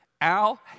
Al